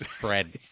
bread